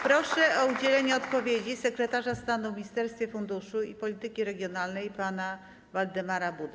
Proszę o udzielenie odpowiedzi sekretarza stanu w Ministerstwie Funduszy i Polityki Regionalnej pana Waldemara Budę.